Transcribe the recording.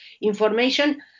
information